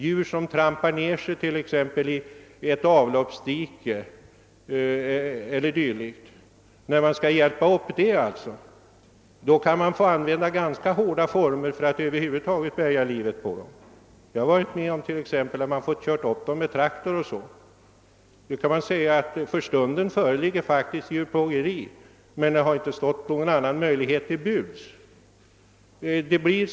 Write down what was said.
När man skall hjälpa ett djur som trampat ner sig i ett avloppsdike, kan man få använda ganska hårda tag för att rädda livet på det. Jag har själv varit med om att man fått använda traktor. Vid ett sådant tillfälle måste man säga att det för stunden faktiskt föreligger djurplågeri, men att ingen annan möjlighet står till buds.